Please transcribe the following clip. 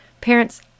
parents